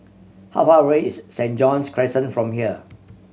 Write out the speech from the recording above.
how far away is Saint John's Crescent from here